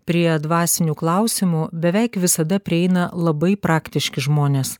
prie dvasinių klausimų beveik visada prieina labai praktiški žmonės